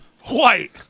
White